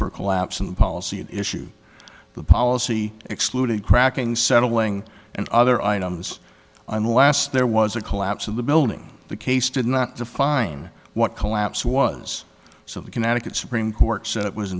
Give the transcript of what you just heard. for collapse in the policy it issued the policy excluding cracking settling and other items unless there was a collapse of the building the case did not define what collapse was so the connecticut supreme